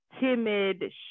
timid